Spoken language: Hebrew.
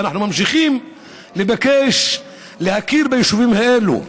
ואנחנו ממשיכים לבקש להכיר ביישובים האלה,